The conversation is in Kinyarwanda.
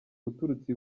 uturutse